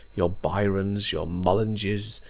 your byron's, your mullins's,